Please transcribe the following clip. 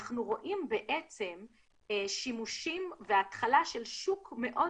אנחנו רואים בעצם שימושים והתחלה של שוק מאוד